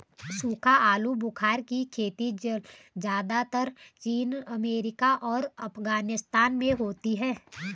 सूखा आलूबुखारा की खेती ज़्यादातर चीन अमेरिका और अफगानिस्तान में होती है